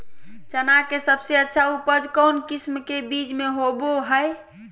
चना के सबसे अच्छा उपज कौन किस्म के बीच में होबो हय?